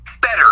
better